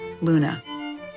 Luna